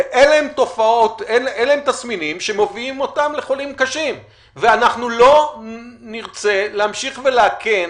אין להם תסמינים שמביאים אותם לחולים קשים ואנחנו לא נרצה להמשיך ולאכן